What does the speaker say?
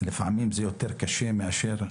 לפעמים זה יותר קשה מאשר מוות,